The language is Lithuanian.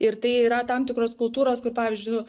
ir tai yra tam tikros kultūros kur pavyzdžiui nu